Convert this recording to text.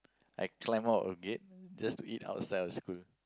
I climb out of gate just to eat outside of school